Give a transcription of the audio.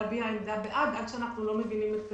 להביע עמדה בעד, עד שאנחנו לא מבינים את